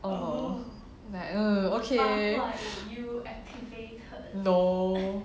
oh like okay no